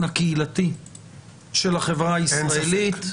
הקהילתי של החברה הישראלית -- אין ספק.